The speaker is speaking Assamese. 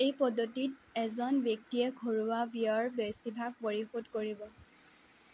এই পদ্ধতিত এজন ব্যক্তিয়ে ঘৰুৱা ব্যয়ৰ বেছিভাগ পৰিশোধ কৰিব